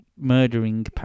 Murdering